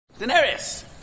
Daenerys